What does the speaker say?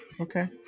Okay